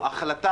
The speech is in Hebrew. אני בעד זה.